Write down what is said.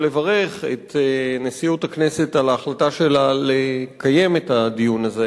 ולברך את נשיאות הכנסת על ההחלטה שלה לקיים את הדיון הזה.